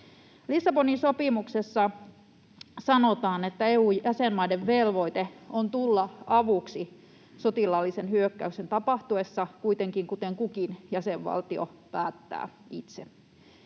Lissabonin sopimuksessa sanotaan, että EU-jäsenmaiden velvoite on tulla avuksi sotilaallisen hyökkäyksen tapahtuessa, kuitenkin kuten kukin jäsenvaltio päättää itse.